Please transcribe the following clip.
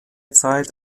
zeit